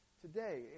Today